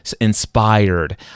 inspired